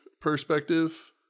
perspective